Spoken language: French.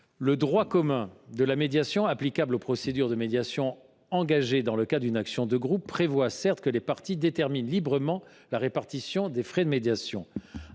Le droit commun de la médiation, applicable aux procédures de médiation engagées dans le cadre d’une action de groupe, prévoit, certes, que les parties déterminent librement la répartition des frais de médiation.